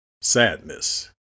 sadness